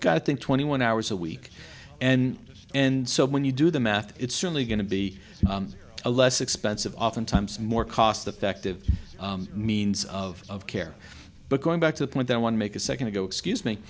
i think twenty one hours a week and and so when you do the math it's certainly going to be a less expensive oftentimes more cost effective means of care but going back to the point that i want to make a second ago excuse me